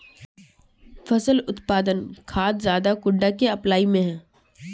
फसल उत्पादन खाद ज्यादा कुंडा के कटाई में है?